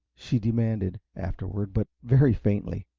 she demanded, afterward, but very faintly.